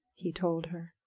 he told her.